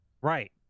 Right